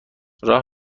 راه